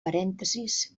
parèntesis